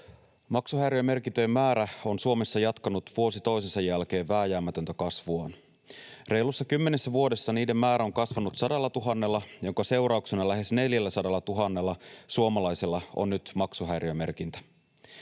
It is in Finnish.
Maksuhäiriömerkintöjen määrä on Suomessa jatkanut vuosi toisensa jälkeen vääjäämätöntä kasvuaan. Reilussa kymmenessä vuodessa niiden määrä on kasvanut 100 000:lla, minkä seurauksena lähes 400 000 suomalaisella on nyt maksuhäiriömerkintä.